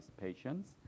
patients